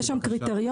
יש שם קריטריונים,